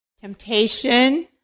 Temptation